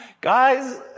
guys